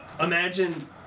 imagine